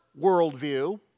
worldview